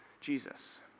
Jesus